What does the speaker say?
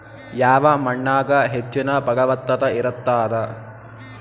ಯಾವ ಮಣ್ಣಾಗ ಹೆಚ್ಚಿನ ಫಲವತ್ತತ ಇರತ್ತಾದ?